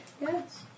Yes